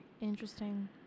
interesting